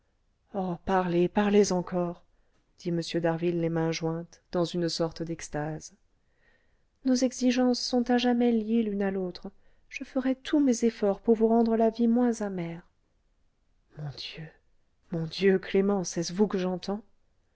parlez parlez encore dit m d'harville les mains jointes dans une sorte d'extase nos exigences sont à jamais liées l'une à l'autre je ferai tous mes efforts pour vous rendre la vie moins amère mon dieu mon dieu clémence est-ce vous que j'entends